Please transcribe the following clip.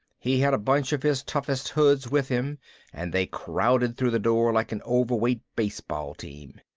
he had a bunch of his toughest hoods with him and they crowded through the door like an overweight baseball team.